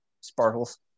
sparkles